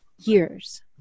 years